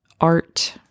art